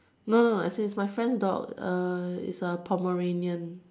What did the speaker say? no no no as in it's my friend's dog it's a Pomeranian